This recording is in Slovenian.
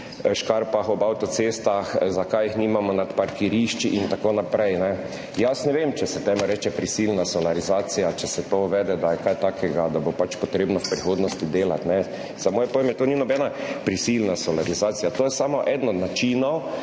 škarpah ob avtocestah, zakaj jih nimamo nad parkirišči in tako naprej. Jaz ne vem, če se temu reče prisilna solarizacija, če se to uvede, da je kaj takega, da bo pač treba delati v prihodnosti. Za moje pojme to ni nobena prisilna solarizacija. To je samo eden od načinov,